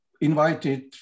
invited